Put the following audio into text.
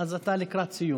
אז אתה לקראת סיום.